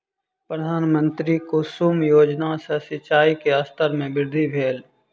प्रधानमंत्री कुसुम योजना सॅ सिचाई के स्तर में वृद्धि भेल